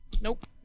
Nope